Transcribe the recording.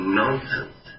nonsense